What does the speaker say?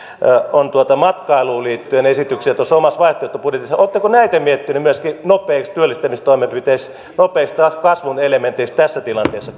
on matkailuun liittyen tuossa omassa vaihtoehtobudjetissa oletteko näitä miettineet myöskin nopeiksi työllistämistoimenpiteiksi nopeiksi kasvun elementeiksi tässä tilanteessa